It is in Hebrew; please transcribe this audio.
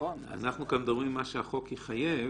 אנחנו מדברים כאן על מה שהחוק יחייב,